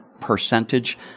percentage